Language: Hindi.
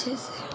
अच्छे से